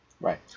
Right